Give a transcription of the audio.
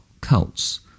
cults